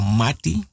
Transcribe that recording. mati